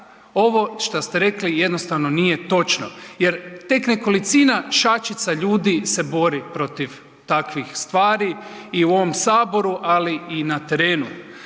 ovo što ste rekli jednostavnije točno jer tek nekolicina, šačica ljudi se bori protiv takvih stvari i u ovom Saboru, ali i na terenu,